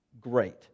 Great